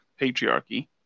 patriarchy